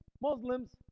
Muslims